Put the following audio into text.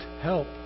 help